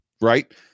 right